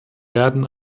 werden